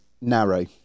narrow